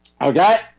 okay